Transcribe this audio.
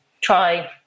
try